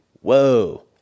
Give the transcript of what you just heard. whoa